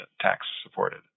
tax-supported